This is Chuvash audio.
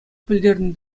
пӗлтернӗ